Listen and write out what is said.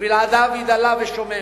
ובלעדיו היא דלה ושוממת.